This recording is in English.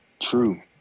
true